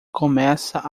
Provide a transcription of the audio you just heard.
começa